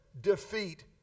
defeat